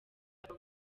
aba